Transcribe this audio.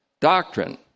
doctrine